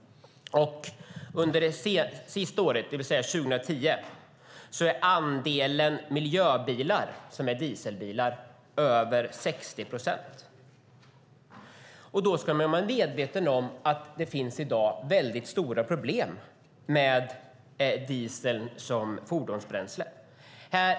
Under 2010 var andelen miljöbilar som var dieselbilar över 60 procent. Man ska vara medveten om att det finns stora problem med diesel som fordonsbränsle.